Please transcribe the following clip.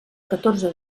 catorze